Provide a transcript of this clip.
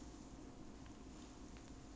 I should have kept my hair for you right